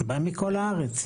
מכל הארץ.